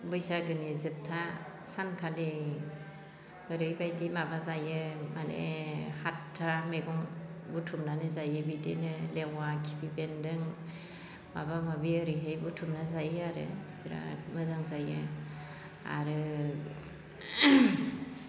बैसागोनि जोबथा सानखालि ओरैबायदि माबा जायो माने सातथा मैगं बुथुमनानै जायो बिदिनो लेवा खिफि बेन्दों माबा माबि ओरैहाय बुथुमना जायो आरो बिराद मोजां जायो आरो